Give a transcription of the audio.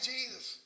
Jesus